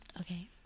Okay